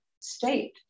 state